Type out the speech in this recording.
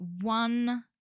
one